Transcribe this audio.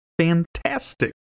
fantastic